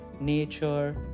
nature